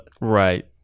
Right